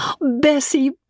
Bessie